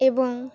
এবং